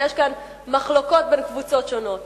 שיש כאן מחלוקות בין קבוצות שונות.